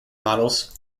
models